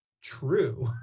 true